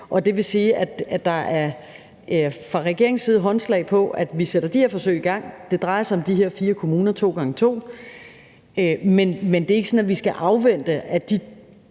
Det vil sige, at der fra regeringens side er håndslag på, at vi sætter de her forsøg i gang. Det drejer sig om de her fire kommuner, to gange to, men det er ikke sådan, at vi skal afvente, at de